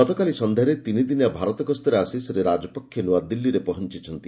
ଗତକାଲି ସନ୍ଧ୍ୟାରେ ତିନିଦିନିଆ ଭାରତ ଗସ୍ତରେ ଆସି ଶ୍ରୀ ରାଜପକ୍ଷେ ନୂଆଦିଲ୍ଲୀରେ ପହଞ୍ଚୁଛନ୍ତି